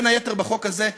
בין היתר בחוק הזה,